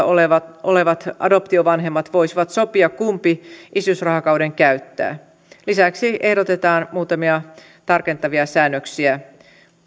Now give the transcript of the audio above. olevat olevat adoptiovanhemmat voisivat sopia kumpi isyysrahakauden käyttää lisäksi ehdotetaan muutamia tarkentavia säännöksiä